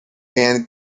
and